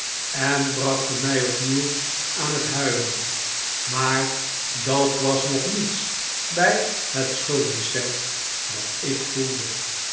en brachten mij opnieuw aan het huilen maar dat was nog niets bij het schuldbesef dat ik voelde